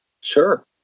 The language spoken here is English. Sure